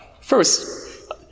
first